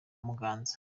muganza